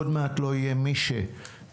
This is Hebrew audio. עוד מעט לא יהיה מי שיאכוף,